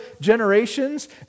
generations